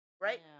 right